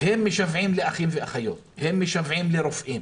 הם משוועים לאחים ואחיות, הם משוועים לרופאים